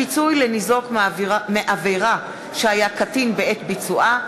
(פיצוי לניזוק מעבירה שהיה קטין בעת ביצועה),